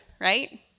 right